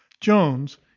Jones